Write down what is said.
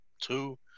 two